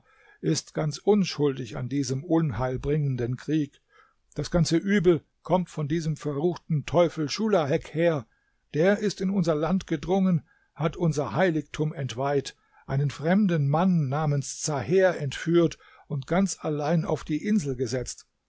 ist ganz unschuldig an diesem unheilbringenden krieg das ganze übel kommt von diesem verruchten teufel schulahek her der ist in unser land gedrungen hat unser heiligtum entweiht einen fremden mann namens zaher entführt und ganz allein auf die insel gesetzt